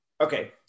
Okay